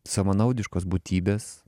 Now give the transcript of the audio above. savanaudiškos būtybės